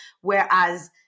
whereas